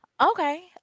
Okay